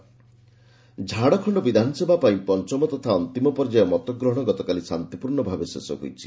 Jharkhand election Jharkhand ବିଧାନସଭା ପାଇଁ ପଞ୍ଚମ ତଥା ଅନ୍ତିମ ପର୍ଯ୍ୟାୟ ମତଗ୍ରହଣ ଗତକାଲି ଶାନ୍ତିପୂର୍ଣ୍ଣ ଭାବେ ଶେଷ ହୋଇଛି